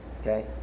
Okay